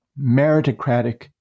meritocratic